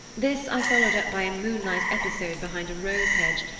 this i followed up by a moonlight episode behind a rose hedge,